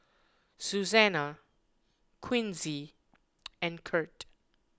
Susana Quincy and Kirt